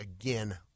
again